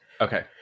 okay